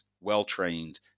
well-trained